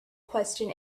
question